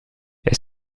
est